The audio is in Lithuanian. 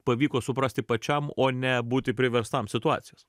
pavyko suprasti pačiam o ne būti priverstam situacijos